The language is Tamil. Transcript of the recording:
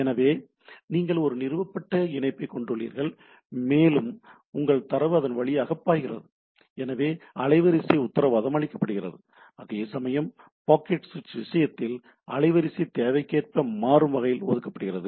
எனவே நீங்கள் ஒரு நிறுவப்பட்ட இணைப்பைக் கொண்டுள்ளீர்கள் மேலும் உங்கள் தரவு அதன் வழியாகப் பாய்கிறது எனவே அலைவரிசை உத்தரவாதம் அளிக்கப்படுகிறது அதேசமயம் பாக்கெட் சுவிட்ச் விஷயத்தில் அலைவரிசை தேவைக்கேற்ப மாறும் வகையில் ஒதுக்கப்படுகிறது